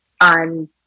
on